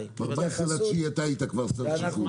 ב-19 בספטמבר אתה היית כבר שר הבינוי והשיכון.